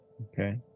Okay